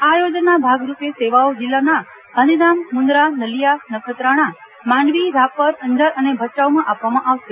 આ આયોજનનાં ભાગરૂપે સેવાઓ જીલ્લાના ગાધીધામ મુંદરા નલિયા નખત્રાણા માંડવી રાપર અંજાર અને ભચાઉમાંઆપવામાંઆવશે